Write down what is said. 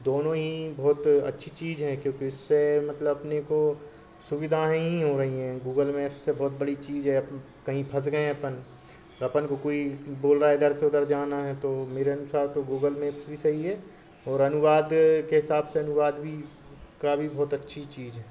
दोनों ही बहुत अच्छी चीज़ हैं क्योंकि उससे मतलब अपने को सुविधा ही हो रही हैं गूगल मैप्स से बहुत बड़ी चीज़ है कहीं फस गए अपन अपन को कोई बोला इधर से उधर जाना है तो मेरे अनुसार तो गूगल मैप भी सही है और अनुवाद के हिसाब से अनुवाद भी का भी बहुत अच्छी चीज़ है